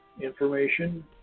information